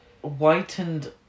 whitened